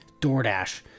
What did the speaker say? DoorDash